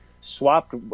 swapped